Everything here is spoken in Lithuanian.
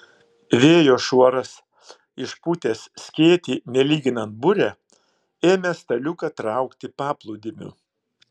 vėjo šuoras išpūtęs skėtį nelyginant burę ėmė staliuką traukti paplūdimiu